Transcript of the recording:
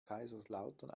kaiserslautern